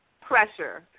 pressure